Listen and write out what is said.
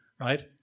right